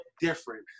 different